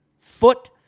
foot